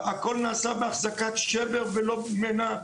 הכל נעשה בהחזקת שבר ולא במנע.